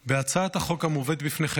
בהצעת החוק המובאת בפניכם